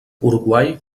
uruguai